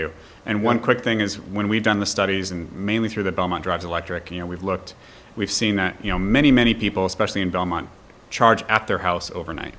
do and one quick thing is when we've done the studies and mainly through the bowman drives electric and we've looked we've seen that you know many many people especially in belmont charge at their house overnight